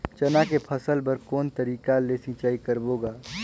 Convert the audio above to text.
चना के फसल बर कोन तरीका ले सिंचाई करबो गा?